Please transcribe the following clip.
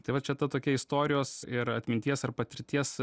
tai va čia ta tokia istorijos ir atminties ar patirties